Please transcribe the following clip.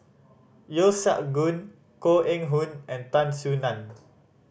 Yeo Siak Goon Koh Eng Hoon and Tan Soo Nan